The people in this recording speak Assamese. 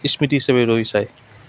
স্মৃতি হিচাপে ৰৈ চাই